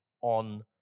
on